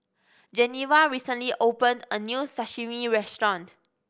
Geneva recently opened a new Sashimi Restaurant